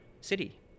city